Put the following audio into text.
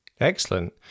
Excellent